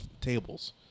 tables